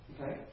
Okay